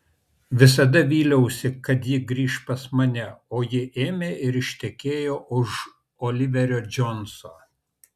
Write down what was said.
visada vyliausi kad ji grįš pas mane o ji ėmė ir ištekėjo už oliverio džonso